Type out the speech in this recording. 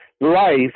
life